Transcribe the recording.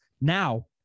Now